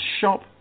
shop